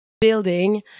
building